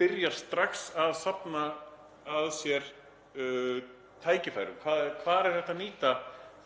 byrjaði strax að safna að sér tækifærum: Hvar er hægt að nýta